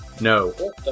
No